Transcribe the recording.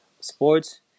sports